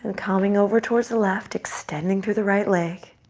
and coming over towards the left. extending through the right leg.